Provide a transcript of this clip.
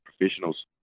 professionals